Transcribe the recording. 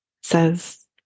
says